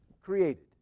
created